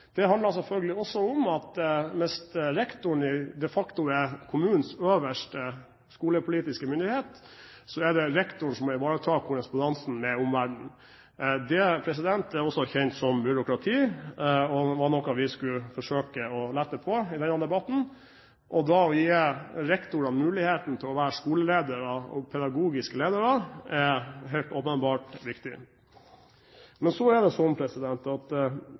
Det handler selvfølgelig også om at mens rektoren de facto er kommunens øverste skolepolitiske myndighet, er det rektoren som må ivareta korrespondansen med omverdenen. Det er også kjent som byråkrati og var noe vi skulle forsøke å lette på i denne debatten. Da å gi rektorene muligheten til å være skoleledere og pedagogiske ledere er helt åpenbart viktig. Men så er det slik at